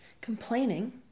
Complaining